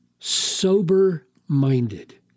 Sober-minded